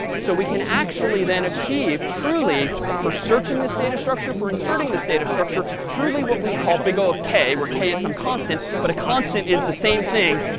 so we can actually then achieve, truly for searching this data structure, for inserting this data structure, truly what we call big o of k where k is some constant. but a constant is the same thing,